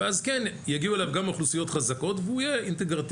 ואז יגיעו אליו גם אוכלוסיות חזקות והוא יהיה אינטגרטיבי.